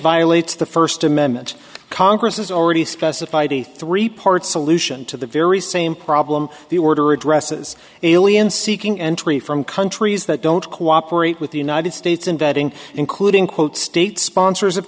violates the first amendment congress has already specified a three part solution to the very same problem the order addresses alien seeking entry from countries that don't cooperate with the united states in vetting including quote state sponsors of